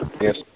Yes